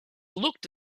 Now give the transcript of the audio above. looked